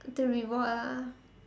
the reward ah